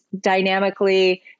dynamically